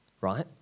right